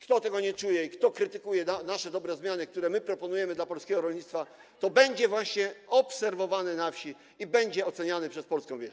Kto tego nie czuje i kto krytykuje nasze dobre zmiany, które my proponujemy dla polskiego rolnictwa, będzie właśnie obserwowany na wsi i będzie oceniany przez polską wieś.